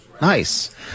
Nice